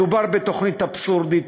מדבר בתוכנית אבסורדית,